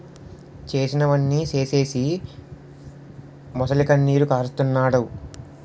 చేసినవన్నీ సేసీసి మొసలికన్నీరు కారస్తన్నాడు